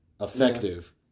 effective